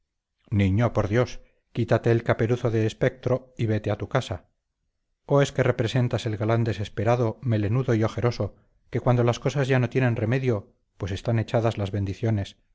niño por dios quítate el caperuzo de espectro y vete a tu casa o es que representas el galán desesperado melenudo y ojeroso que cuando las cosas ya no tienen remedio pues están echadas las bendiciones